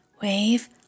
wave